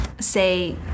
say